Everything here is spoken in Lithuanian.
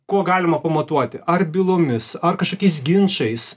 kuo galima pamatuoti ar bylomis ar kažkokiais ginčais